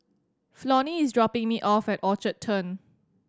Flonnie is dropping me off at Orchard Turn